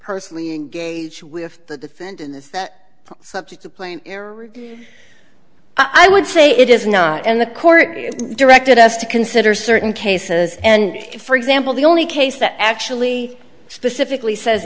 personally engage with the defendant is that subject to plain i would say it is not and the court directed us to consider certain cases and if for example the only case that actually specifically says